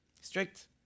Strict